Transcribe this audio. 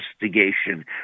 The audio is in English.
investigation